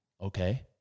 okay